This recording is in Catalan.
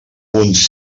uns